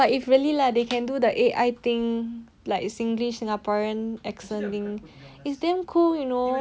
no lah but if really leh if they can do the A_I thing like singlish singaporean accent it's damn cool you know